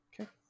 Okay